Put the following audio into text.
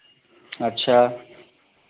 अच्छा